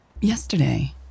Yesterday